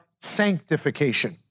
sanctification